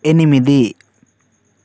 ఎనిమిది